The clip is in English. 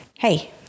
Hey